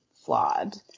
flawed